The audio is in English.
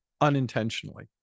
unintentionally